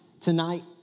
tonight